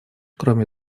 кроме